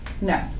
No